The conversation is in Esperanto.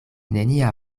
nenia